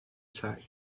sight